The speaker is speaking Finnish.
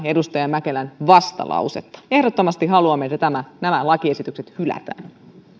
edustaja mäkelän vastalausetta ehdottomasti haluamme että nämä lakiesitykset hylätään